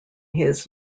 his